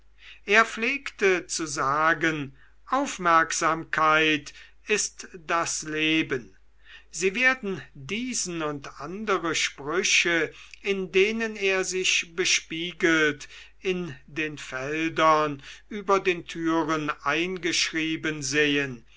er pflege zu sagen aufmerksamkeit ist das leben sie werden diesen und andere sprüche in denen er sich bespiegelt in den feldern über den türen eingeschrieben sehen